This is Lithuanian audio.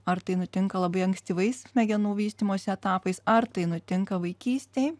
ar tai nutinka labai ankstyvais smegenų vystymosi etapais ar tai nutinka vaikystėj